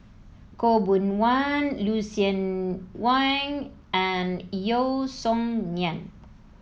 Khaw Boon Wan Lucien Wang and Yeo Song Nian